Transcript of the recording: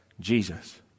Jesus